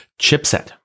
chipset